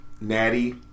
Natty